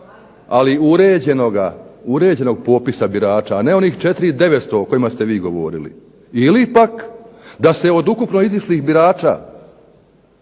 ali uređenog popisa birača, a ne onih 4900 o kojima ste vi govorili. Ili pak da se od ukupno izišlih birača